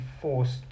forced